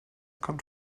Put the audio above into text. kommt